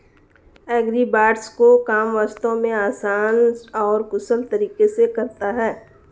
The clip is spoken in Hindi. एग्रीबॉट्स काम को वास्तव में आसान और कुशल तरीके से करता है